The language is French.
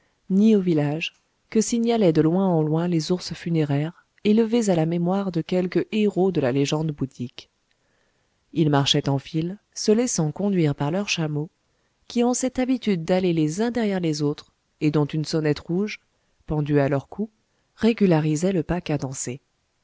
ni aux villages que signalaient de loin en loin les ours funéraires élevées à la mémoire de quelques héros de la légende bouddhique ils marchaient en file se laissant conduire par leurs chameaux qui ont cette habitude d'aller les uns derrière les autres et dont une sonnette rouge pendue à leur cou régularisait le pas cadencé